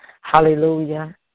Hallelujah